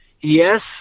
Yes